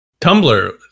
Tumblr